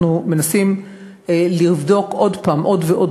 אנחנו מנסים לבדוק עוד פעם עוד ועוד